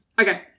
Okay